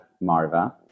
Marva